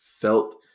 felt